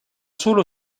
solo